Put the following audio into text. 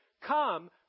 come